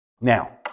Now